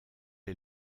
est